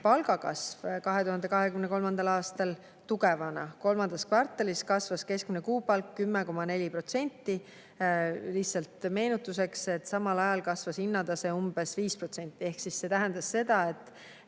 palgakasv 2023. aastal tugevana, kolmandas kvartalis kasvas keskmine kuupalk 10,4%. Lihtsalt meenutuseks: samal ajal kasvas hinnatase umbes 5%. See tähendab seda, et